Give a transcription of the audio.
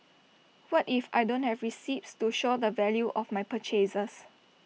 what if I don't have receipts to show the value of my purchases